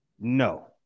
no